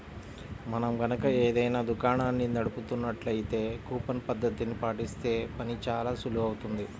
మనం గనక ఏదైనా దుకాణాన్ని నడుపుతున్నట్లయితే కూపన్ పద్ధతిని పాటిస్తే పని చానా సులువవుతుంది